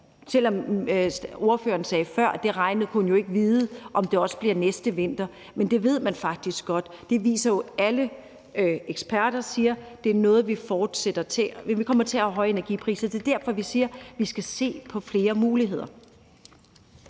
Ordføreren sagde før, at man jo ikke kunne vide, om det også bliver sådan næste vinter, men det ved man faktisk godt. Alle eksperter siger, at det er noget, der fortsætter, at vi kommer til at have høje energipriser. Det er derfor, vi siger, at vi skal se på flere muligheder.